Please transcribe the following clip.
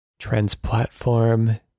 Transplatform